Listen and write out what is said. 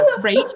great